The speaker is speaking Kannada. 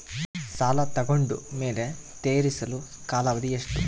ಸಾಲ ತಗೊಂಡು ಮೇಲೆ ತೇರಿಸಲು ಕಾಲಾವಧಿ ಎಷ್ಟು?